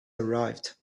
arrived